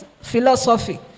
philosophy